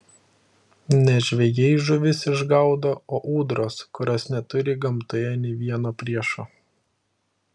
ne žvejai žuvis išgaudo o ūdros kurios neturi gamtoje nė vieno priešo